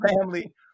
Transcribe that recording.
family